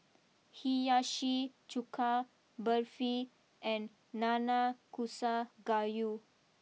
Hiyashi Chuka Barfi and Nanakusa Gayu